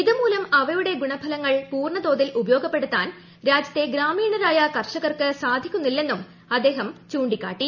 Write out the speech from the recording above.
ഇത് മൂലം അവയുടെ ഗുണഫലങ്ങൾ പൂർണ്ണതോതിൽ ഉപയോഗപ്പെടുത്താൻ രാജ്യത്തെ ഗ്രാമീണരായ കർഷകർക്ക് സാധിക്കുന്നില്ലെന്നും അദ്ദേഹം ചൂണ്ടിക്കാട്ടി